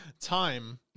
Time